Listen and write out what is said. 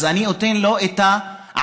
אז אני אתן לו את העדיפות.